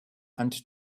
and